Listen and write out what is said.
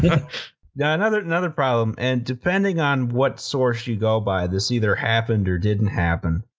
yeah another another problem. and depending on what source you go by, this either happened or didn't happen.